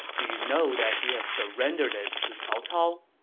do you know that he has surrendered it to cao cao?